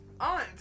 Aunt